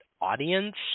audience